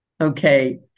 Okay